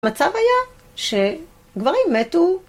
המצב היה שגברים מתו